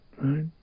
right